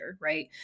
right